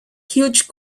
huge